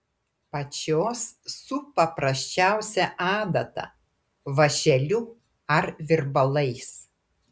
pačios su paprasčiausia adata vąšeliu ar virbalais